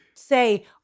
say